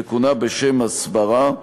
וכונה בשם הסברה,